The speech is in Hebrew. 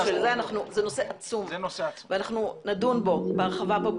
זה נושא עצום ואנחנו נדון בו בהרחבה פה,